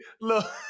Look